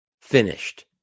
finished